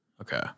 Okay